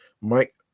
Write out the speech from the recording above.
Mike